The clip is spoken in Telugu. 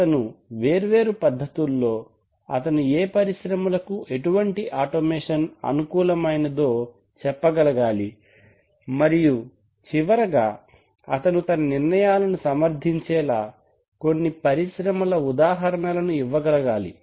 అతను వేర్వేరు పద్ధతుల్లో అతను ఏ పరిశ్రమలకు ఎటువంటి ఆటోమేషన్ అనుకూలమైనదో చెప్పగలగాలి మరియు చివరగా అతను తన నిర్ణయాలను సమర్దించేలా కొన్ని పరిశ్రమల ఉదాహరణలను ఇవ్వగలగాలి